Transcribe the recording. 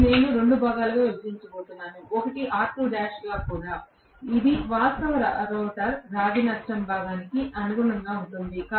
ఇది నేను 2 భాగాలుగా విభజించబోతున్నాను ఒకటి R2' కూడా ఇది వాస్తవ రోటర్ రాగి నష్టం భాగానికి అనుగుణంగా ఉంటుంది